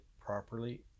properly